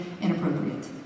inappropriate